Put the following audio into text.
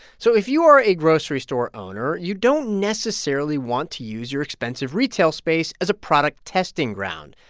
so if you are a grocery store owner, you don't necessarily want to use your expensive retail space as a product testing ground.